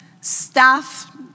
staff